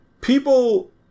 people